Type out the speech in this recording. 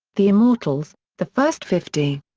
the immortals the first fifty.